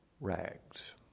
Rags